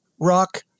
rock